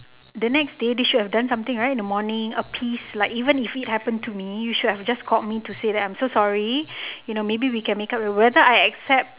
the next day they should have done something right in the morning appease like even if it happen to me you should have just called me to say that I'm so sorry you know maybe we can make up whether I accept